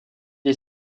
est